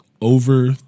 over